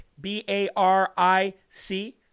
B-A-R-I-C